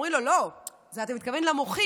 אומרים לו: לא, אתה מתכוון למוחים.